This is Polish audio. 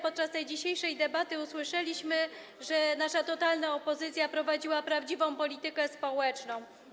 Podczas dzisiejszej debaty usłyszeliśmy, że nasza totalna opozycja prowadziła prawdziwą politykę społeczną.